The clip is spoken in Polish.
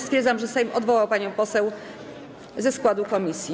Stwierdzam, że Sejm odwołał panią poseł ze składu komisji.